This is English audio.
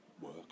work